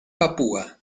papúa